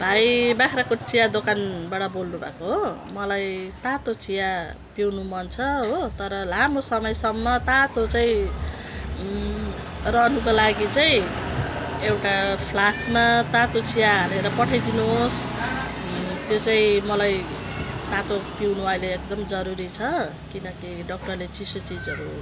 भाइ बाख्राकोट चिया दोकानबाट बोल्नुभएको हो मलाई तातो चिया पिउनु मन छ हो तर लामो समयसम्म तातो चाहिँ रहनुको लागि चाहिँ एउटा फ्लासमा तातो चिया हालेर पठाइदिनु होस् त्यो चाहिँ मलाई तातो पिउनु अहिले एकदम जरुरी छ किनकि डक्टरले चिसो चिजहरू